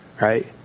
right